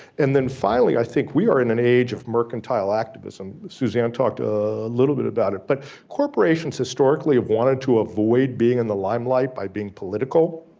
and then finally, i think we are in an age of mercantile activism, suzanne talked a little bit about it. but corporations historically have wanting to avoid being in the limelight by being political.